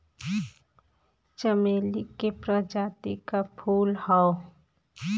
चमेली के प्रजाति क फूल हौ